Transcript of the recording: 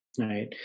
right